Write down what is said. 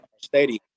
stadium